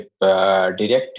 directive